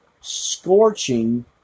scorching